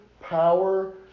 power